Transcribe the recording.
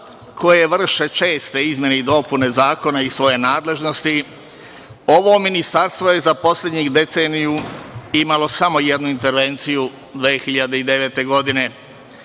koje vrše česte izmene i dopune zakona iz svoje nadležnosti, ovo ministarstvo je za poslednjih deceniju imalo samo jednu intervenciju 2009. godine. Ono